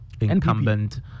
incumbent